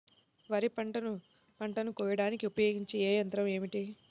వరిపంటను పంటను కోయడానికి ఉపయోగించే ఏ యంత్రం ఏమిటి?